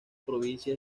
provincia